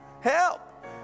Help